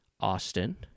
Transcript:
Austin